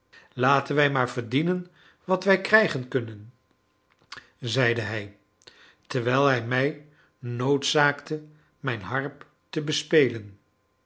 laten wij maar verdienen wat wij krijgen kunnen zeide hij terwijl hij mij noodzaakte mijn harp te bespelen